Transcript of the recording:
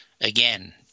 again